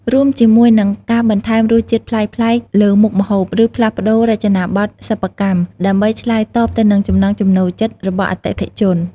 រួមជាមួយនឹង ការបន្ថែមរសជាតិប្លែកៗលើមុខម្ហូប ឬផ្លាស់ប្តូររចនាបថសិប្បកម្ម ដើម្បីឆ្លើយតបទៅនឹងចំណង់ចំណូលចិត្តរបស់អតិថិជន។